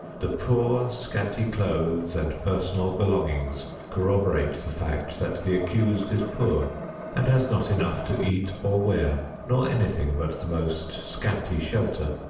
the poor, scanty clothes and personal belongings corroborate the fact that the accused is poor and has not enough to eat or wear, nor anything but the most scanty shelter.